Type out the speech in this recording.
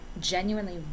genuinely